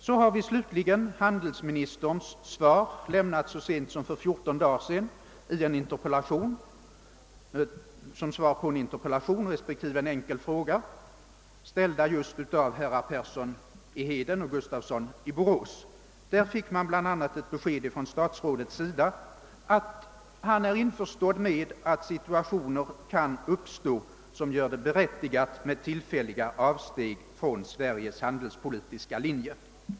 Slutligen har vi handelsministerns svar — lämnat så sent som för fjorton dagar sedan — på en interpellation och en enkel fråga, ställda just av herr Persson i Heden och herr Gustafsson i Borås. Däri förklarade statsrådet bl.a., att han är införstådd med att situationer kan uppstå, som gör det berättigat med tillfälliga avsteg från Sveriges handelspolitiska linje.